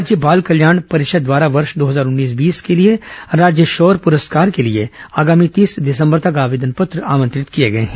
राज्य बाल कल्याण परिषद द्वारा वर्ष दो हजार उन्नीस बीस के राज्य शौर्य पुरस्कार के लिए आगामी तीस दिसंबर तक आवेदन आमंत्रित किए गए हैं